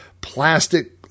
plastic